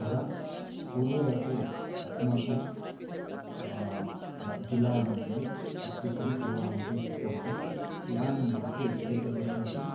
अतः पूर्वे अपि अस्माकं ग्र जिल्ला मध्ये अत्युत्तमसेवामपि कृतवान् इदानीमपि एतद्वर्षे अपि